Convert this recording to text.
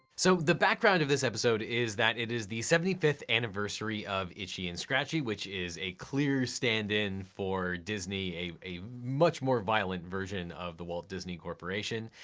so the background of this episode is that it is the seventy fifth anniversary of itchy and scratchy, which is a clear stand-in for disney, a much more violent version of the walt disney corporation,